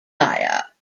dyer